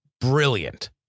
brilliant